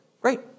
great